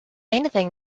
anything